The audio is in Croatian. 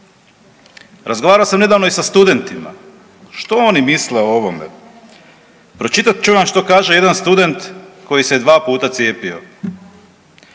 Razgovarao sam nedavno i sa studentima, što oni misle o ovome. Pročitat ću vam što kaže jedan student koji se 2 puta cijepio.